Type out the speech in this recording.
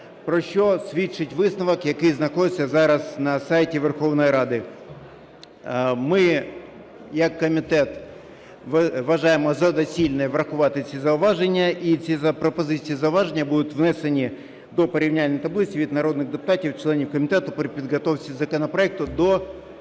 Про що свідчить висновок, який знаходиться зараз на сайті Верховної Ради. Ми як комітет вважаємо за доцільне врахувати ці зауваження. І ці пропозиції, зауваження будуть внесені до порівняльної таблиці від народних депутатів членів комітету при підготовці законопроекту до